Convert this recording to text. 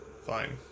Fine